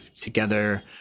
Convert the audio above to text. together